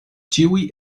ĉiuj